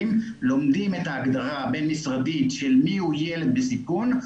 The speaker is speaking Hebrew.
לומדים את ההגדרה הבין-משרדית של מי הוא ילד בסיכון,